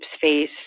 face